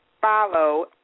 follow